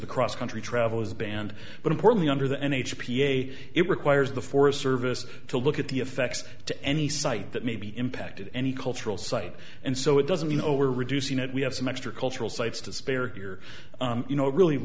the cross country travel is banned but importantly under the n h p a it requires the forest service to look at the effects to any site that may be impacted any cultural site and so it doesn't over reducing it we have some extra cultural sites to spare here you know it really